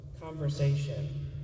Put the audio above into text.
conversation